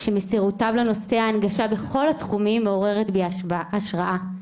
שמסירותו לנושא ההנגשה בכל התחומים מעוררת בי השראה.